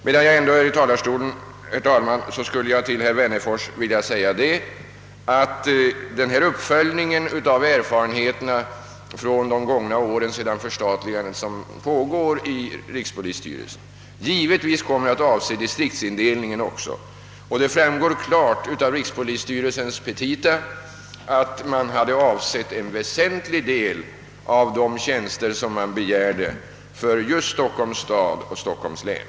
Medan jag ändå står här i talarstolen vill jag också säga till herr Wennerfors att den uppföljning av erfarenheterna från de gångna åren efter förstatligandet som nu pågår inom rikspolisstyrelsen givetvis också kommer att avse distriktsindelningen. Av riks polisstyrelsens petita framgår också klart att en väsentlig del av de tjänster som man har begärt avses just för Stockholms stad och Stockholms län.